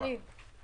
תודה רבה.